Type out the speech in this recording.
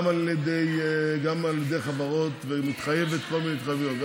גם על ידי חברות, ומתחייבת בכל מיני התחייבויות.